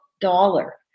dollar